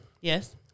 Yes